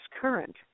current